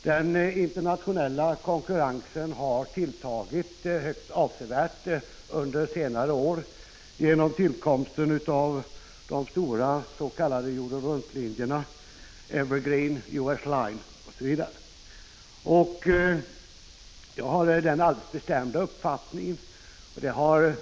Den internationella konkurrensen har tilltagit högst avsevärt under senare år genom tillkomsten av de stora s.k. jordeninjerna, som Evergreen, US Line osv.